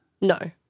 No